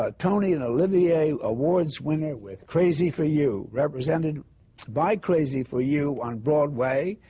ah tony and olivier awards winner with crazy for you, represented by crazy for you on broadway,